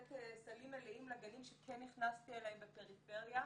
לתת סלים מלאים לגנים שכן נכנסתי אליהם בפריפריה.